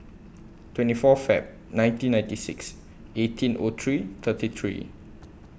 twenty four Feb nineteen ninety six eighteen O three thirty three